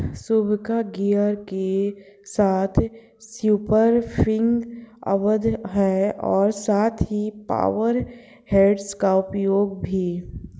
scuba gear के साथ spear fishing अवैध है और साथ ही पावर हेड्स का उपयोग भी